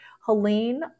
Helene